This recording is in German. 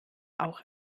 auch